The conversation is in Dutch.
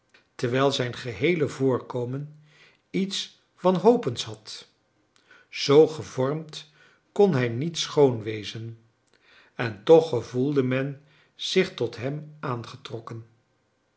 terwijl zijn geheele voorkomen iets wanhopends had zoo gevormd kon hij niet schoon wezen en toch gevoelde men zich tot hem aangetrokken